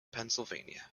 pennsylvania